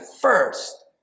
first